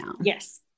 Yes